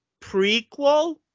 prequel